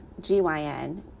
GYN